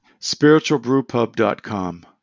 Spiritualbrewpub.com